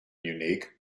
unique